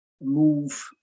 move